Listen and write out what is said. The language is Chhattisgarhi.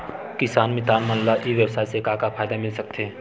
किसान मितान मन ला ई व्यवसाय से का फ़ायदा मिल सकथे?